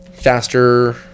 faster